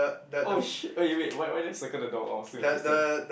!oh-shit! okay wait why why did I circle the dog I was still interested